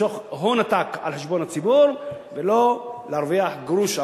למשוך הון עתק על חשבון הציבור ולא להרוויח גרוש עבורו.